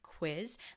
Quiz